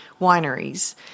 wineries